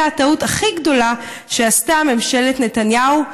הייתה הטעות הכי גדולה שעשתה ממשלת נתניהו,